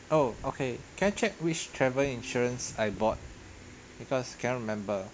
oh okay can I check which travel insurance I bought because cannot remember